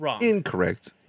incorrect